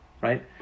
right